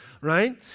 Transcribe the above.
right